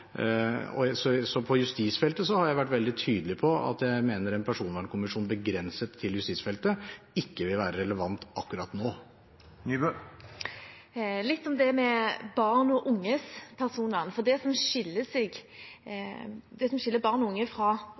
Så når det gjelder justisfeltet, har jeg vært veldig tydelig på at jeg mener en personvernkommisjon begrenset til justisfeltet ikke vil være relevant akkurat nå. Litt om det med barn og unges personvern: Det som skiller barn og unge fra